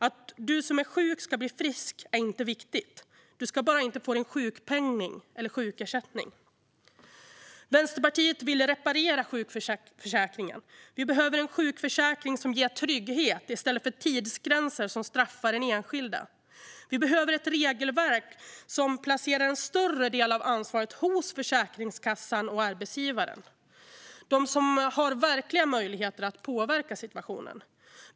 Att du som är sjuk ska bli frisk är inte viktigt. Du ska bara inte få din sjukpenning eller sjukersättning. Vänsterpartiet vill reparera sjukförsäkringen. Vi behöver en sjukförsäkring som ger trygghet i stället för tidsgränser som straffar den enskilde. Vi behöver ett regelverk som placerar en större del av ansvaret hos Försäkringskassan och arbetsgivaren - de som har verkliga möjligheter att påverka situationen.